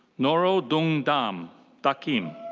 noroh dung dung dakim.